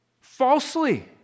falsely